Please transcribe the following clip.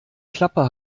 klappe